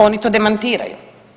Oni to demantiraju.